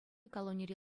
колонире